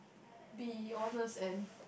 be honest and